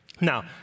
Now